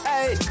Hey